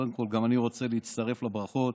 קודם כול גם אני רוצה להצטרף לברכות